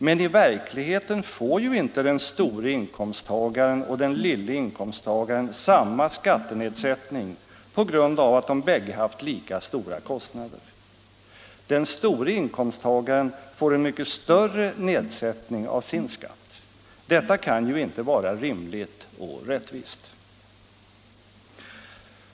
Men i verkligheten får inte den store inkomsttagaren och den lille inkomsttagaren samma skattenedsättning på grund av att de bägge haft lika stora kostnader. Den store inkomsttagaren får en mycket större nedsättning av sin skatt. Detta kan inte vara rimligt och rättvist.